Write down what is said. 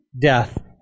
death